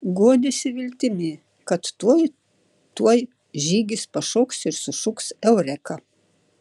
guodėsi viltimi kad tuoj tuoj žygis pašoks ir sušuks eureka